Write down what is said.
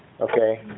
Okay